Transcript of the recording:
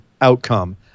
Outcome